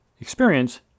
experience